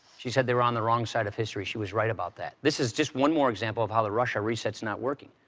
she said they were on the wrong side of history. she was right about that. this is just one more example of how the russia reset's not working.